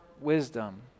wisdom